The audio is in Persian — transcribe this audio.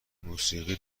موسیقی